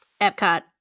Epcot